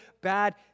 bad